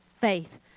Faith